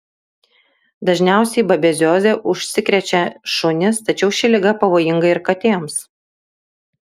dažniausiai babezioze užsikrečia šunys tačiau ši liga pavojinga ir katėms